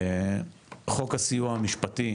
חוק הסיוע המשפטי,